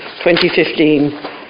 2015